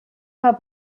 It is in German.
paar